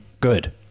good